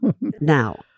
Now